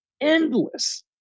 endless